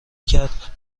کرد